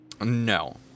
No